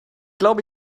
glaube